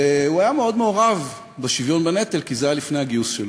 והוא היה מאוד מעורב בשוויון בנטל כי זה היה לפני הגיוס שלו.